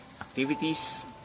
activities